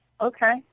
Okay